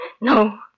no